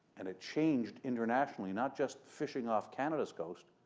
and it changed internationally, not just fishing off canada's coast,